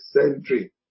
century